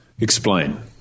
Explain